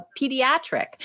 pediatric